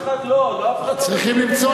אף אחד לא, אף אחד לא מגנה.